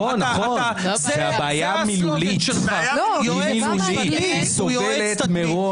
זה הסלוגן שלך, יועץ משפטי הוא יועץ תדמית.